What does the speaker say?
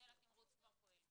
מודל התימרוץ כבר פועל.